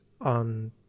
on